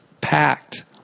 packed